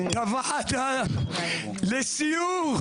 את הוועדה לסיור.